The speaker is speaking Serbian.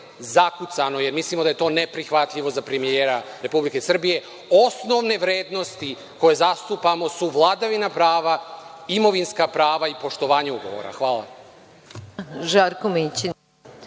zakucano? Mislimo da je to neprihvatljivo za premijera Republike Srbije. Osnovne vrednosti koje zastupamo su vladavina prava, imovinska prava i poštovanje ugovora. Hvala.